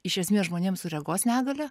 iš esmės žmonėm su regos negalia